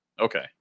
Okay